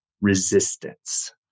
resistance